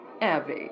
Abby